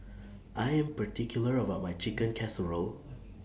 I Am particular about My Chicken Casserole